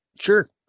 Sure